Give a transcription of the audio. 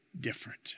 different